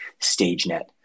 StageNet